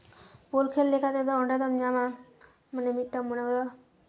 ᱵᱚᱞ ᱠᱷᱮᱞ ᱞᱮᱠᱟ ᱛᱮᱫᱚ ᱚᱸᱰᱮ ᱫᱚᱢ ᱧᱟᱢᱟ ᱢᱟᱱᱮ ᱢᱤᱫᱴᱟᱝ ᱢᱚᱱᱮ ᱠᱚᱨᱚ